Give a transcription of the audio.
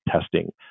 testing